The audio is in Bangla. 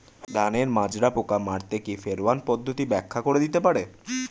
ধানের মাজরা পোকা মারতে কি ফেরোয়ান পদ্ধতি ব্যাখ্যা করে দিতে পারে?